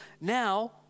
now